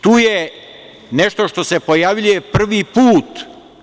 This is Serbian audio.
Tu je nešto što se pojavljuje prvi put.